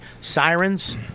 Sirens